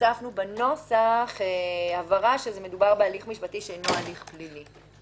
הוספנו בנוסח הבהרה שמדובר בהליך משפטי שאינו הליך פלילי.